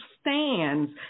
stands